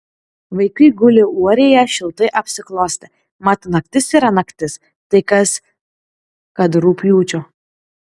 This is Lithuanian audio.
vaikai guli uorėje šiltai apsiklostę mat naktis yra naktis tai kas kad rugpjūčio